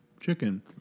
Chicken